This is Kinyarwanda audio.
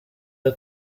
iyo